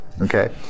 okay